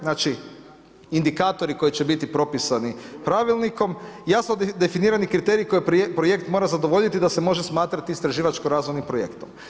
Znači indikatori koji će biti propisani pravilnikom, jasno definirani kriteriji koje projekt mora zadovoljiti da se može smatrati istraživačko razvojnim projektom.